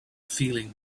feeling